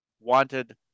wanted